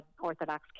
Orthodox